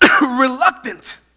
reluctant